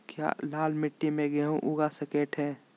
क्या लाल मिट्टी में गेंहु उगा स्केट है?